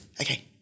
Okay